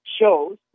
shows